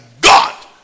God